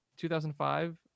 2005